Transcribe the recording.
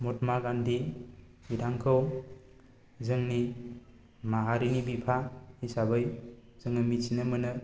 महात्मा गान्धी बिथांखौ जोंनि माहारिनि बिफा हिसाबै जोङो मिथिनो मोनो